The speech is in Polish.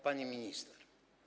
Pani Minister!